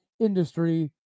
industry